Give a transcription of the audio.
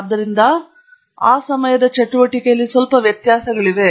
ಆದ್ದರಿಂದ ಸಮಯದ ಆ ಚಟುವಟಿಕೆಯಲ್ಲಿ ಸ್ವಲ್ಪ ವ್ಯತ್ಯಾಸಗಳಿವೆ